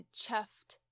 chuffed